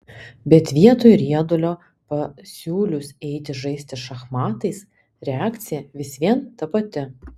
bet vietoj riedulio pasiūlius eiti žaisti šachmatais reakcija vis vien ta pati